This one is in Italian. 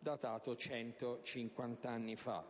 datato 150 anni fa.